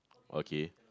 okay